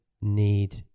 need